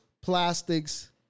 plastics